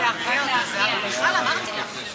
אתם לא אמורים לשבת פה.